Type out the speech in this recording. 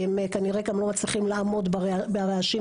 כי הם כנראה גם לא מצליחים לעמוד ברעשים,